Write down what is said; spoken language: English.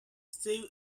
sew